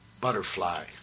Butterfly